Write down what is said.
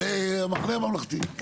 הממלכתי,